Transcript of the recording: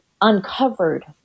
uncovered